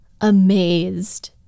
amazed